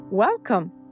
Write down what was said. Welcome